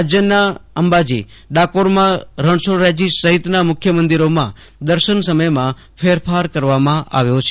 રાજયના અંબાજી ડાકોરમાં રણછોડરાયજી સહિતના મંદિરોમાં દર્શન સમયમાં ફેરફાર કરવા માં આવ્યો છે